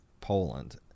Poland